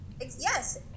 Yes